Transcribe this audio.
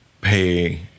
pay